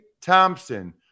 Thompson